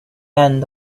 end